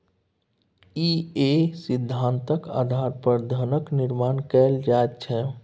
इएह सिद्धान्तक आधार पर धनक निर्माण कैल जाइत छै